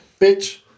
Bitch